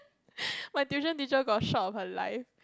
my tuition teacher got a shock of her life